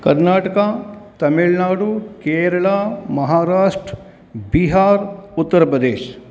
Karnataka Tamil Nadu Kerala Maharashtra Bihar Uttar Pradesh